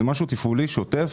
זה משהו תפעולי שוטף.